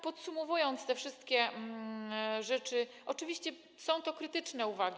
Podsumowując te wszystkie rzeczy: oczywiście są to krytyczne uwagi.